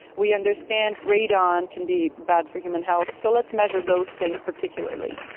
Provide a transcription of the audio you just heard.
we understand radon can be bad for human health, so let's measure those things particularly.